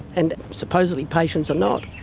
and supposedly patients are not.